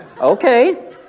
Okay